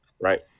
right